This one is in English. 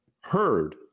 heard